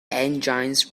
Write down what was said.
engines